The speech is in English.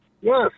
Yes